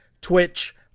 Twitch